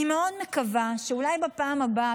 אני מקווה מאוד שאולי בפעם הבאה,